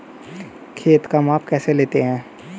खेत का माप कैसे लेते हैं?